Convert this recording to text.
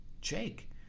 Jake